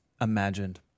imagined